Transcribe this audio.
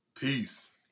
Peace